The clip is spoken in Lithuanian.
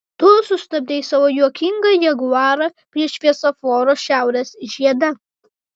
tu sustabdei savo juokingą jaguarą prie šviesoforo šiaurės žiede